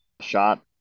shot